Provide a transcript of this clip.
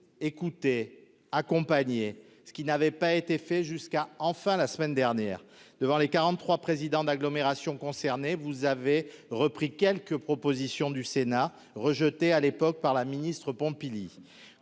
écouter, accompagner ce qui n'avait pas été fait jusqu'à, enfin, la semaine dernière devant les 43 présidents d'agglomérations concernées, vous avez repris quelques propositions du Sénat rejetée à l'époque par la ministre Pompili